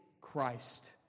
Christ